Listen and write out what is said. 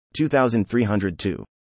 2302